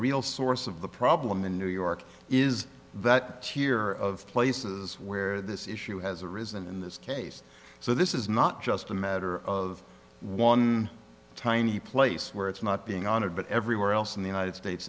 real source of the problem in new york is that tier of places where this issue has a risen in this case so this is not just a matter of one tiny place where it's not being honored but everywhere else in the united states